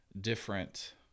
different